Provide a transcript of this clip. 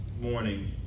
morning